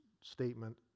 statement